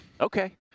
Okay